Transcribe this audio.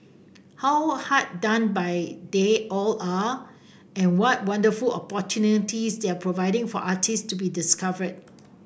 how hard done by they all are and what wonderful opportunities they're providing for artists to be discovered